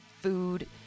food